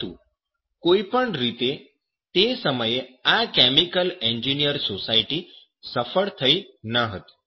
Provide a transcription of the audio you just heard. પરંતુ કોઈપણ રીતે તે સમયે આ કેમિકલ એન્જિનિયર સોસાયટી સફળ થઈ ન હતી